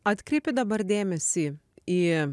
atkreipi dabar dėmesį į